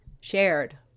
shared